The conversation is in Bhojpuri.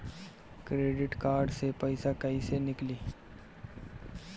क्रेडिट कार्ड से पईसा केइसे निकली?